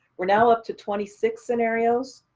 we're now up to twenty six scenarios.